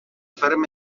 ferm